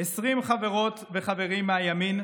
20 חברות וחברים מהימין,